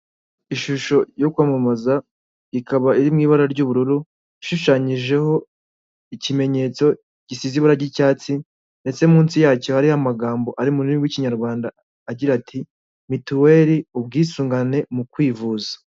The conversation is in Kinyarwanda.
Ishusho yo kwamamaza ikaba iri mu ibara ry'ubururu, ishushanyijeho ikimenyetso gisize ibara ry'icyatsi ndetse munsi yacyo hariho amagambo ari mu rurimi rw'Ikinyarwanda agira ati: "Mituweli ubwisungane mu kwivuza."